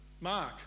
Mark